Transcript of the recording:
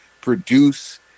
produce